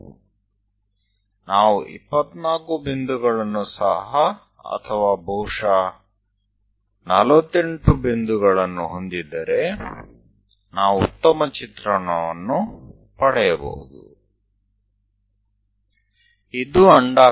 જો આપણી પાસે 24 બિંદુઓ હોય અથવા કદાચ 48 બિંદુઓ હોય તો આપણે વધારે સારું ચિત્ર મેળવીશું